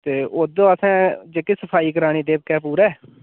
ते उद्धरूं असें जेह्की सफाई करानी देवके पूरे